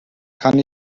kann